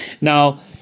Now